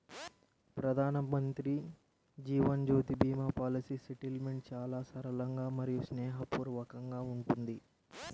ప్రధానమంత్రి Jeevan Jyoti Bima policy settlement చాలా సరళంగా మరియు స్నేహపూర్వకంగా ఉంటుంది